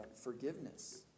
forgiveness